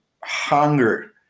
hunger